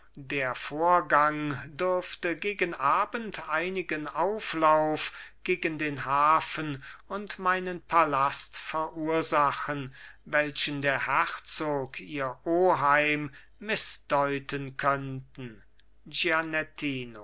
der vorgang dürfte gegen abend einigen auflauf gegen den hafen und meinen palast verursachen welchen der herzog ihr oheim mißdeuten könnten